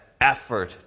effort